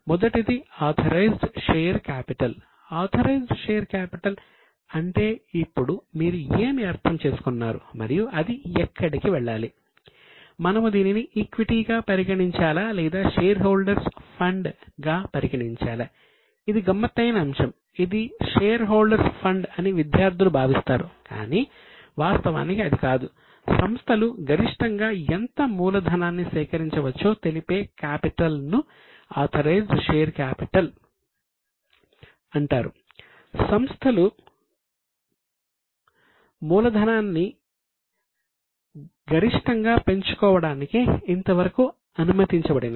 మొదటిది authorised share capital గరిష్టంగా పెంచుకోవడానికి ఇంతవరకు అనుమతించబడినవి